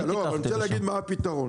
אני רוצה להגיד מה הפתרון,